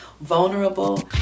vulnerable